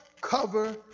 cover